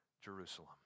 Jerusalem